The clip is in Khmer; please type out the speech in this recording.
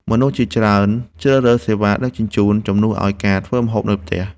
មនុស្សជាច្រើនជ្រើសរើសសេវាដឹកជញ្ជូន ជំនួសឱ្យការធ្វើម្ហូបនៅផ្ទះ។